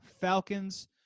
Falcons